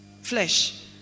flesh